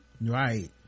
Right